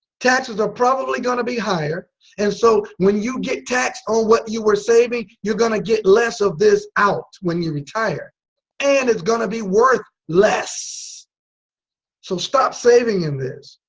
taxes are probably going to be higher and so when you get taxed on what you were saving you're going to get less of this out when you retire and it's going to be worth less so stop saving in this.